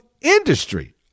industry